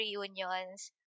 reunions